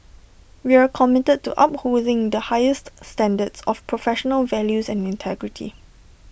we are committed to upholding the highest standards of professional values and integrity